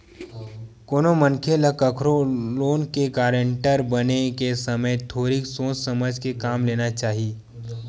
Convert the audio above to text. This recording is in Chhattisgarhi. कोनो मनखे ल कखरो लोन के गारेंटर बने के समे थोरिक सोच समझ के काम लेना चाही